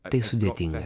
tai sudėtinga